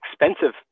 expensive